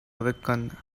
awaken